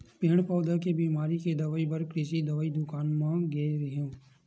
पेड़ पउधा के बिमारी के दवई बर कृषि दवई दुकान म गे रेहेंव